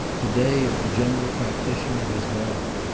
the day of the general practitioner has gone.